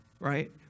right